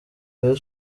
rayon